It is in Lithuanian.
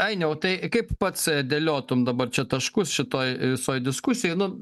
ainiau tai kaip pats dėliotum dabar čia taškus šitoj visoj diskusijoj nu